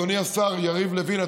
אדוני השר יריב לוין,